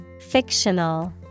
Fictional